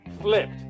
flipped